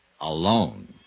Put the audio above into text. alone